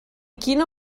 quina